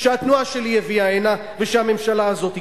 שהתנועה שלי הביאה הנה והממשלה הזאת הקפיאה.